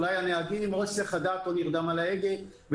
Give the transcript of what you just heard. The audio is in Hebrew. או בהיסח הדעת או שנרדם על ההגה.